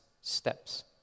steps